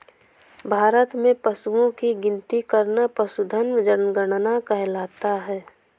भारत में पशुओं की गिनती करना पशुधन जनगणना कहलाता है